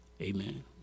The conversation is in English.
Amen